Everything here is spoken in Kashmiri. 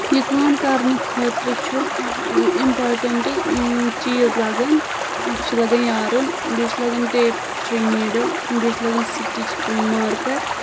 یہِ کٲم کرنہٕ خٲطرٕ چھُ اکھ اِمپاٹَنٹ چیٖز لگان اکھ چھُ لگان یارُن بیٚیہِ چھِ لگان ٹیبسٹری نیٖڈٕل بیٚیہِ چھِ لگان سٹچ مارکر